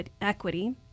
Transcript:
equity